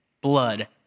blood